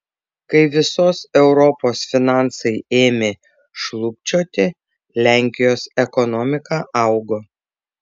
kai visos europos finansai ėmė šlubčioti lenkijos ekonomika augo